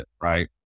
right